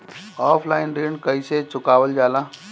Offline ऋण कइसे चुकवाल जाला?